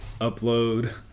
upload